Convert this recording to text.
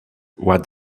what